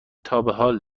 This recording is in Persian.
تابحال